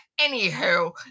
Anywho